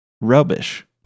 rubbish